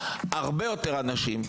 הרבה יותר אנשים,